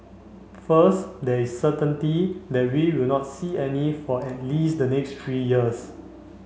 first there is certainty that we will not see any for at least the next three years